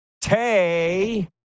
Tay